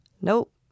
Nope